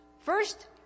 First